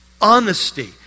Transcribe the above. Honesty